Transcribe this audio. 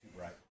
right